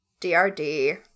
DRD